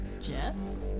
Jess